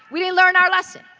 we didn't learn our lesson.